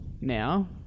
now